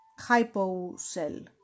hypocell